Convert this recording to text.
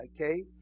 Okay